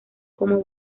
como